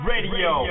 Radio